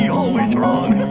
always wrong